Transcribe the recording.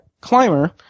climber